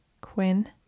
Quinn